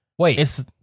Wait